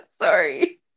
Sorry